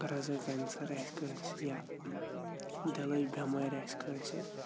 اگر حظ کٮ۪نسَر آسہِ کٲنٛسِہ یا دِلٕچ پٮ۪مٲرۍ آسہِ کٲنٛسہِ